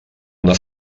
una